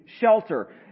shelter